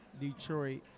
Detroit